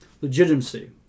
legitimacy